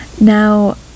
Now